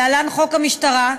להלן: חוק המשטרה,